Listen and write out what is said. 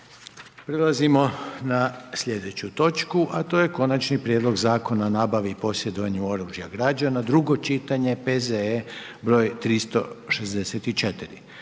Prelazimo na slijedeću točku, a to je - Konačni prijedlog zakona o nabavi i posjedovanju oružja građana, drugo čitanje, P.Z.E broj 364